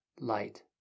light